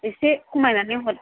एसे खमायनानै हर